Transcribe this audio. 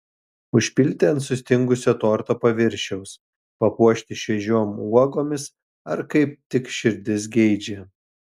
užpilti ant sustingusio torto paviršiaus papuošti šviežiom uogomis ar kaip tik širdis geidžia